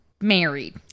married